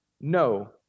No